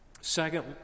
Second